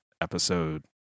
episode